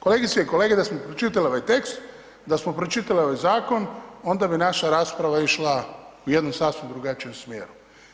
Kolegice i kolege da smo pročitali ovaj tekst, da smo pročitali ovaj zakon, onda bi naša rasprava išla u jednom sasvim drugačijem smjeru.